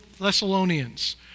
Thessalonians